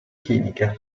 chimica